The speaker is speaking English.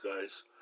guys